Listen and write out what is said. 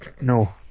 No